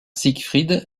siegfried